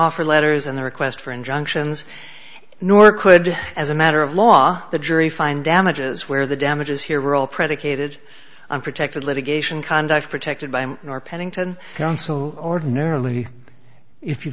offer letters and the request for injunctions nor could as a matter of law the jury find damages where the damages here were all predicated on protected litigation conduct protected by your pennington counsel ordinarily if you